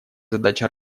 задача